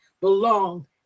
belong